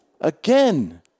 again